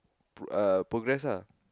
uh progress ah